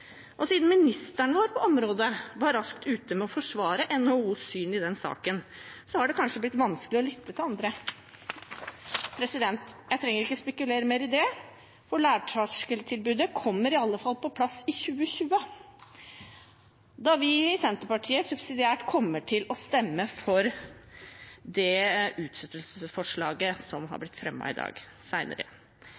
Siden ministeren vår på området var raskt ute med å forsvare NHOs syn i saken, har det kanskje blitt vanskeligere å lytte til andre. Jeg trenger ikke å spekulere mer på det. Lavterskeltilbudet kommer i alle fall på plass i 2020, da vi i Senterpartiet subsidiært kommer til å stemme for det utsettelsesforslaget som har